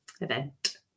event